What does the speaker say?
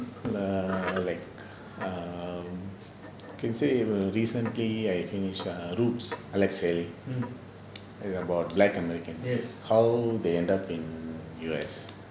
err like um can say recently I read finish err roots alex haley is about black american how they end up in U_S